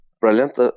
brilliant